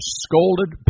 scolded